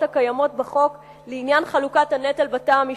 הקיימות בחוק לעניין חלוקת הנטל בתא המשפחתי,